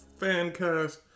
Fancast